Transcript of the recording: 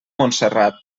montserrat